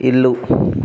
ఇల్లు